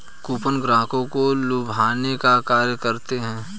coupon ग्राहकों को लुभाने का कार्य करते हैं